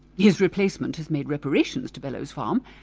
his replacement has made reparations to bellows farm,